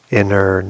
inner